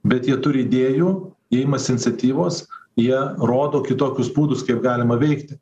bet jie turi idėjų jie imasi iniciatyvos jie rodo kitokius būdus kaip galima veikti